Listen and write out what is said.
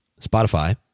Spotify